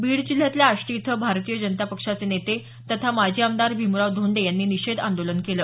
बीड जिल्ह्यातल्या आष्टी इथं भारतीय जनता पक्षाचे नेते तथा माजी आमदार भीमराव धोंडे यांनी निषेध आंदोलन केलं